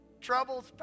troubles